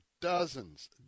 dozens